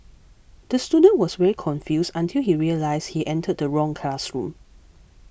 the student was very confused until he realised he entered the wrong classroom